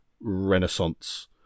renaissance